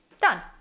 done